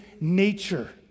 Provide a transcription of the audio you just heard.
nature